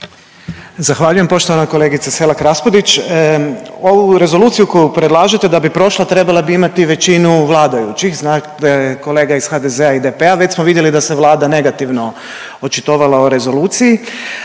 Zahvaljujem. Poštovana kolegice Selak Raspudić, ovu rezoluciju koju predlažete da bi prošla trebala bi imati većinu vladajućih znači kolege iz HDZ-a i DP-a. već smo vidjeli da se Vlada negativno očitovala o rezoluciji,